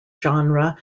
genre